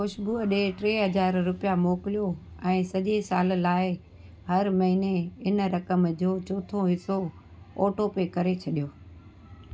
खुशबू ॾेंहुं टे हज़ार रुपिया मोकिलियो ऐं सॼे साल लाइ हर महिने इन रक़म जो चोथो हिसो ऑटोपे करे छॾियो